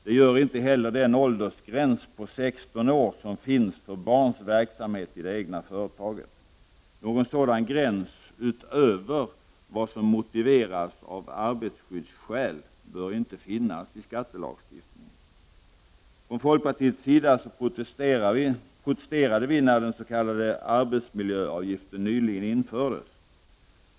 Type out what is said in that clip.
Det gör inte heller den åldersgräns på 16 år som gäller för barn verksamma i det egna företaget. Någon sådan gräns utöver vad som motiveras av arbetsskyddsskäl bör inte finnas i skattelagstiftningen. Från folkpartiets sida protesterade vi när den s.k. arbetsmiljöavgiften nyligen infördes.